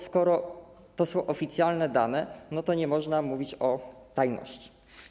Skoro to są oficjalne dane, to nie można mówić o tajności.